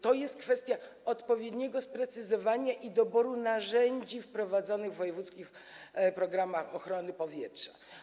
To jest kwestia odpowiedniego sprecyzowania i doboru narzędzi wprowadzanych w wojewódzkich programach ochrony powietrza.